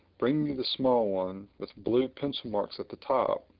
bring me the small one with blue pencil-marks at the top.